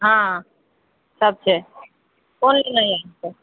हँ हऽ सब छै कोन लेना अछि अहाँकेँ